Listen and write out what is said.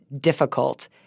difficult